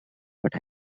but